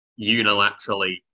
unilaterally